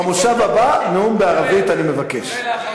במושב הבא, נאום בערבית, אני מבקש.